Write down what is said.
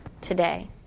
today